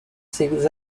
ses